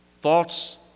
thoughts